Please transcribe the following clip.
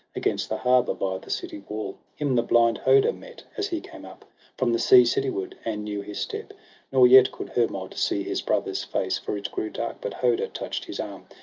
against the harbour, by the city-wall. him the blind hoder met, as he came up from the sea cityward, and knew his step nor yet could hermod see his brother's face, for it grew dark but hoder touch'd his arm.